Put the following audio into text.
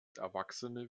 erwachsene